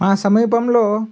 ఆ సమీపంలో